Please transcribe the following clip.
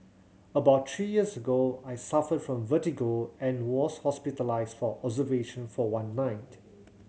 about three years ago I suffered from vertigo and was hospitalised for observation for one night